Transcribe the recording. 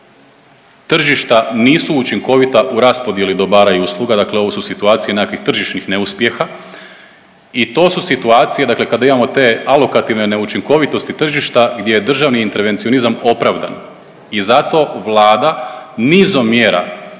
tržišta nisu učinkovita u raspodjeli dobara i usluga. Dakle, ovo su situacije nekakvih tržišnih neuspjeha i to su situacije kada imamo te alokativne neučinkovitosti tržišta gdje je državni intervencionizam opravdan i zato vlada nizom mjera